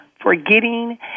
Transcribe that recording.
forgetting